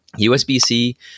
USB-C